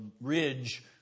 ridge